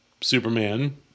Superman